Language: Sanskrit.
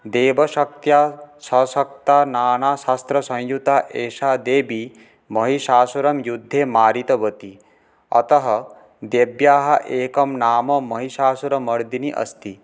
देवशक्त्या सशक्ता नानाशस्त्रसंयुता एषा देवी महिषासुरं युद्धे मारितवती अतः देव्याः एकं नाम महिषासुरमर्दिनी अस्ति